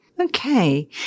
Okay